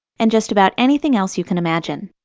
and just about anything else you can imagine.